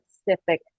specific